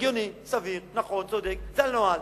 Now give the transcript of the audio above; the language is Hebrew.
הגיוני, סביר, נכון, צודק, זה הנוהל.